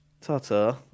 Ta-ta